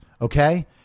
Okay